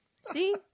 See